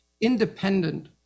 independent